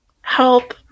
help